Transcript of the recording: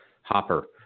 hopper